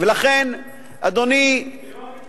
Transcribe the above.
ולכן, אדוני, מתנחלים,